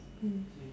mm